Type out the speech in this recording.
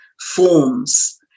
forms